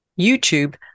YouTube